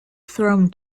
throne